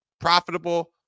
profitable